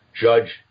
Judge